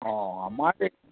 অঁ আমাৰটো